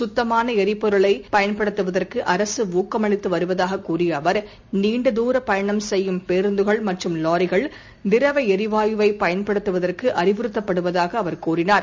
கத்தமானஎரிபொருளைப் பயன்படுத்துவதற்குஅரசுணக்கமளித்துவருவதாககூறியஅவர் நீண்டதூரப் பயணம் செய்யும் பேருந்துகள் மற்றும் வாரிகள் திரவளரிவாயுவைப் பயன்படுத்துவதற்குஅறிவுறத்தப்படுவதாகஅவர் கூறினார்